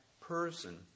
person